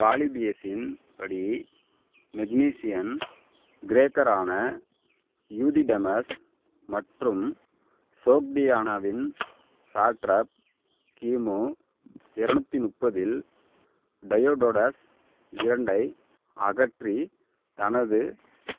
பாலிபியஸின் படி மெக்னீசியன் கிரேக்கரான யூதிடெமஸ் மற்றும் சோக்டியானாவின் சாட்ராப் கிமு எரநூத்தி முப்பதில் டையோடோடஸ் இரண்டை அகற்றி தனது